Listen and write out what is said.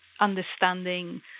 understanding